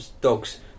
Dogs